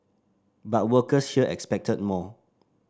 but workers here expected more